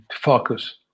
focus